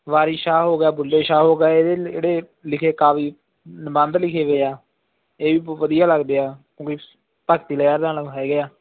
ਵਾਰਿਸ ਸ਼ਾਹ ਹੋ ਗਿਆ ਬੁੱਲੇ ਸ਼ਾਹ ਹੋ ਗਏ ਇਹਦੇ ਜਿਹੜੇ ਲਿਖੇ ਕਾਫੀ ਨਿਬੰਧ ਲਿਖੇ ਹੋਏ ਆ ਇਹ ਵੀ ਵਧੀਆ ਲੱਗਦੇ ਆ ਭਗਤੀ ਲਹਿਰ ਨਾਲ ਹੈਗੇ ਆ